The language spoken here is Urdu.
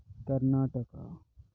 کرناٹکا